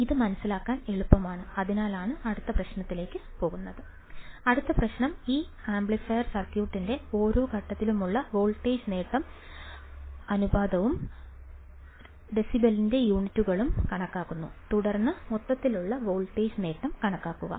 അതിനാൽ ഇത് മനസിലാക്കാൻ എളുപ്പമാണ് അതിനാലാണ് അടുത്ത പ്രശ്നത്തിലേക്ക് പോകുന്നത് അടുത്ത പ്രശ്നം ഈ ആംപ്ലിഫയർ സർക്യൂട്ടിന്റെ ഓരോ ഘട്ടത്തിലുമുള്ള വോൾട്ടേജ് നേട്ടം അനുപാതവും ഡെസിബെലിന്റെ യൂണിറ്റുകളും കണക്കാക്കുന്നു തുടർന്ന് മൊത്തത്തിലുള്ള വോൾട്ടേജ് നേട്ടം കണക്കാക്കുക